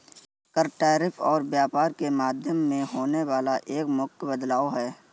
कर, टैरिफ और व्यापार के माध्यम में होने वाला एक मुख्य बदलाव हे